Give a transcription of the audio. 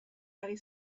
ari